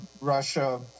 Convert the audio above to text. Russia